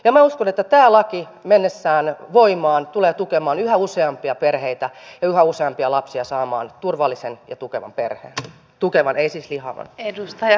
minä uskon että tämä laki mennessään voimaan tulee tukemaan yhä useampia perheitä ja yhä useampia lapsia saamaan turvallisen ja tukevan perheen tukevan ei siis lihavan